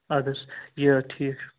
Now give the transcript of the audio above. اَد حظ یہِ ٹھیٖک چھُ